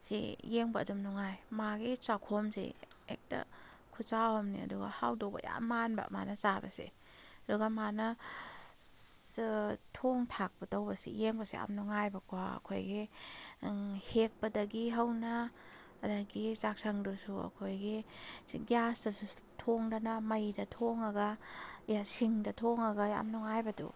ꯁꯤ ꯌꯦꯡꯕ ꯑꯗꯨꯝ ꯅꯨꯡꯉꯥꯏ ꯃꯥꯒꯤ ꯆꯈꯣꯝꯁꯦ ꯍꯦꯛꯇ ꯈꯨꯆꯥꯎ ꯑꯃꯅꯤ ꯑꯗꯨꯒ ꯍꯥꯎꯗꯧꯕ ꯌꯥꯝ ꯃꯥꯟꯕ ꯃꯥꯅ ꯆꯥꯕꯁꯦ ꯑꯗꯨꯒ ꯃꯥꯅ ꯊꯣꯡ ꯊꯥꯛꯄ ꯇꯧꯕꯁꯦ ꯌꯦꯡꯕꯁꯨ ꯌꯥꯝ ꯅꯨꯡꯉꯥꯏꯕꯀꯣ ꯑꯩꯈꯣꯏꯒꯤ ꯍꯦꯛꯄꯗꯒꯤ ꯍꯧꯅ ꯑꯗꯨꯗꯒꯤ ꯆꯥꯛꯁꯪꯗꯨꯁꯨ ꯑꯩꯈꯣꯏꯒꯤ ꯒ꯭ꯌꯥꯁꯇꯁꯨ ꯊꯣꯡꯗꯅ ꯃꯩꯗ ꯊꯣꯡꯉꯒ ꯑꯦ ꯁꯤꯡꯗ ꯊꯣꯡꯉꯒ ꯌꯥꯝ ꯅꯨꯡꯉꯥꯏꯕꯗꯣ